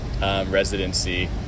residency